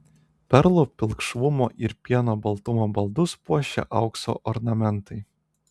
perlų pilkšvumo ir pieno baltumo baldus puošia aukso ornamentai